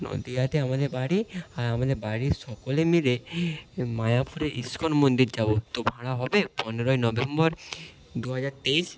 নদীয়াতে আমাদের বাড়ি আর আমাদের বাড়ির সকলে মিলে মায়াপুরে ইসকন মন্দির যাবো তো ভাড়া হবে পনেরোই নভেম্বর দু হাজার তেইশ